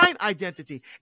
identity